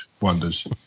wonders